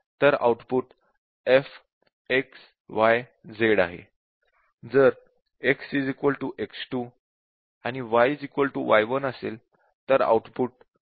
जर x x2 आणि y y1 असेल तर आउटपुट g x y आहे